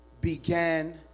began